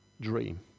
dream